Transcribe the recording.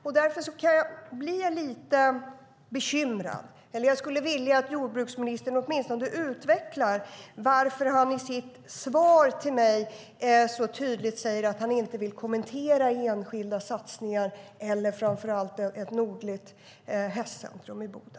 Jag kan bli lite bekymrad, eller jag skulle åtminstone vilja att jordbruksministern utvecklar varför han i sitt svar till mig så tydligt säger att han inte vill kommentera enskilda satsningar som ett nordligt hästcentrum i Boden.